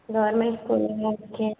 government ஸ்கூலுங்களா okay